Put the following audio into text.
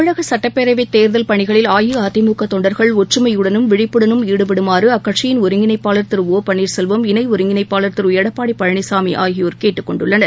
தமிழக சுட்டப்பேரவைத் தேர்தல் பணிகளில் அஇஅதிமுக தொண்டர்கள் ஒற்றுமையுடனும் விழிப்புடனும் ஈடுபடுமாறு அக்கட்சியின் ஒருங்கிணைப்பாளர் திரு ஓ பன்னீர்செல்வம் இணை ஒருங்கிணைப்பாளர் திரு எடப்பாடி பழனிசாமி ஆகியோர் கேட்டுக் கொண்டுள்ளனர்